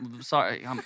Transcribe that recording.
Sorry